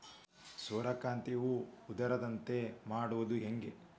ಸೂರ್ಯಕಾಂತಿ ಹೂವ ಉದರದಂತೆ ಮಾಡುದ ಹೆಂಗ್?